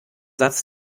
satz